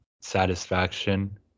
satisfaction